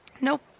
Nope